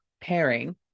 pairing